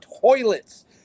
toilets